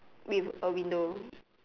with a window